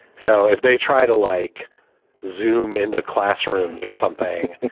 so if they try to like zoom into classrooms or something,